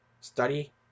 study